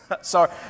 Sorry